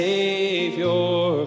Savior